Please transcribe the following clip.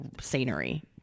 scenery